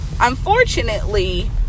Unfortunately